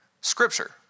scripture